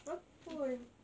lapar eh